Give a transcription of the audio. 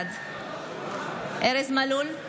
בעד ארז מלול,